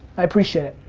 i appreciate it.